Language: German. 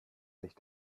sich